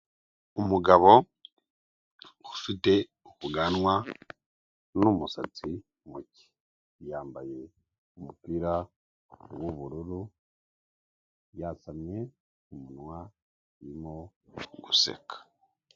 Umugabo ufite ubwanwa n'umusatsi muke, yambaye umupira w'ubururu yazanye umunwa arimo guseka.